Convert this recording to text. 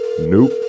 Nope